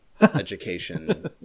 education